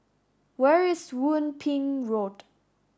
where is Yung Ping Road